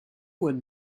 would